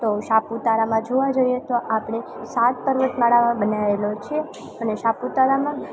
તો સાપુતારામાં જોવા જઈએ તો આપણે સાત પર્વતમાળાનો બનાવેલો છે અને સાપુતારામાં